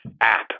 app